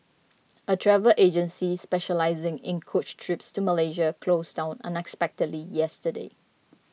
a travel agency specialising in coach trips to Malaysia closed down unexpectedly yesterday